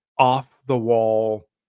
off-the-wall